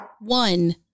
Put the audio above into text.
One